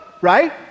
right